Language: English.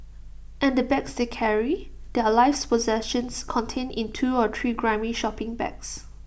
and the bags they carry their life's possessions contained in two or three grimy shopping bags